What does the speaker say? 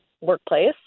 workplace